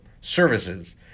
services